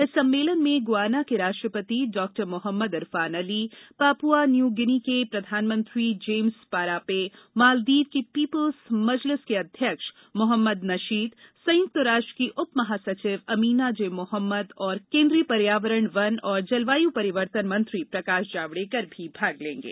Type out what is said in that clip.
इस सम्मेलन में गुयाना के राष्ट्रपति doctor Mohamed Irfaan Ali Papua New Guinea के प्रधानमंत्री जेम्स् मारापे मालदीव की पीपुल्स मजलिस के अध्यक्ष मोहम्मद नशीद संयुक्त राष्ट्र की उपमहासचिव अमिना जे मोहम्मद और केन्द्रीय पर्यावरण वन तथा जलवायु परिवर्तन मंत्री प्रकाश जावड़ेकर भी भाग लेंगे